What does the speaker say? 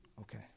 Okay